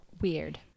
Weird